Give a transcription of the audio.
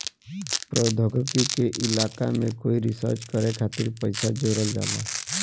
प्रौद्योगिकी के इलाका में कोई रिसर्च करे खातिर पइसा जोरल जाला